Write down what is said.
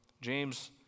James